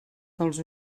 dels